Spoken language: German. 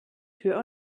tür